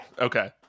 Okay